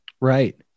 Right